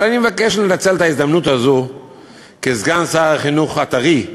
אבל אני מבקש לנצל את ההזדמנות הזו כסגן שר החינוך הטרי,